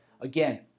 Again